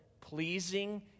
pleasing